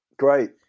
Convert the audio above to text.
great